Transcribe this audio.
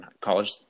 college